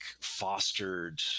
fostered